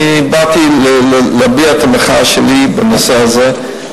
אני באתי להביע את המחאה שלי בנושא הזה.